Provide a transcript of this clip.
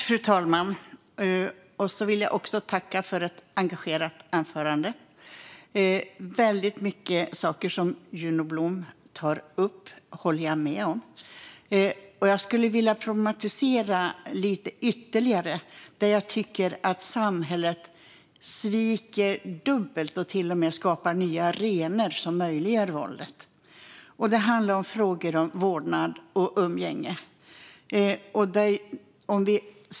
Fru talman! Jag vill tacka för ett engagerat anförande. Väldigt mycket av det som Juno Blom tar upp håller jag med om. Jag skulle vilja problematisera några saker lite ytterligare där jag tycker att samhället sviker dubbelt och till och med skapar nya arenor som möjliggör våldet. Det gäller frågor om vårdnad och umgänge.